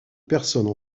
personnes